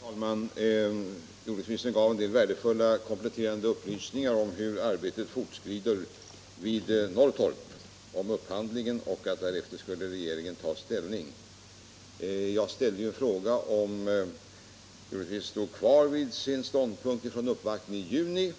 Herr talman! Jordbruksministern gav en del värdefulla kompletterande upplysningar om hur arbetet fortskrider vid Norrtorp. Han talade om upphandlingen och sade att efter denna skulle regeringen ta ställning. Jag ställde ju en fråga, om jordbruksministern står kvar vid sin ståndpunkt från uppvaktningen i juni